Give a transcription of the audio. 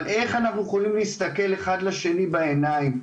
אבל איך אנחנו יכולים להסתכל אחד לשני בעיניים,